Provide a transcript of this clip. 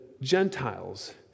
Gentiles